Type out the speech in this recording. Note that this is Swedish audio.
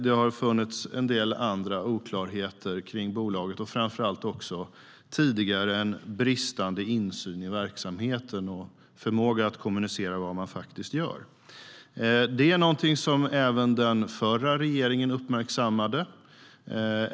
Det har funnits en del andra oklarheter kring bolaget och framför allt tidigare bristande insyn i verksamheten och bristande förmåga att kommunicera vad man faktiskt gör. Riksrevisionens rapport om Swedfund International AB Det är någonting som även den förra regeringen uppmärksammade.